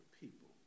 people